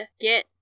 get